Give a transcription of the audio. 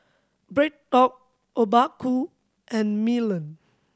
BreadTalk Obaku and Milan